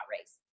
race